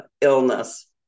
illness